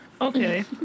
Okay